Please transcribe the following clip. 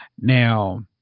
now